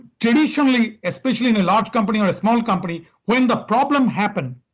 traditionally especially in a large company or a small company, when the problem happened,